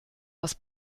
das